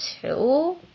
two